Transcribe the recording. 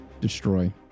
destroy